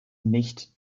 nicht